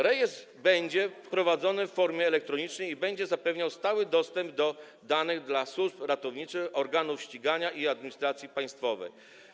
Rejestr będzie prowadzony w formie elektronicznej i będzie zapewniał stały dostęp do danych służbom ratowniczym, organom ścigania i administracji państwowej.